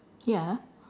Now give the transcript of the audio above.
ya